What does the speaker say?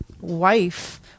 wife